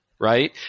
Right